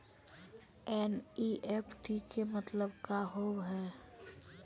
NEFT के मतलब का होव हेय?